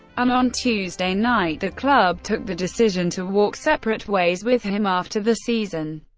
and on tuesday night, the club took the decision to walk separate ways with him after the season.